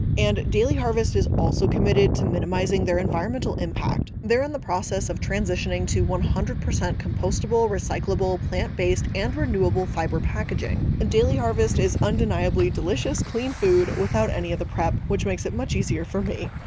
and daily harvest is also committed to minimizing their environmental impact. they're in the process of transitioning to one hundred percent compostable, recyclable, plant-based and renewable fiber packaging. daily harvest is undeniably delicious, clean food without any of the prep, which makes it much easier for me.